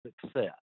success